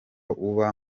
uba